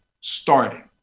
starting